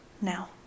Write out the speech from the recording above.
now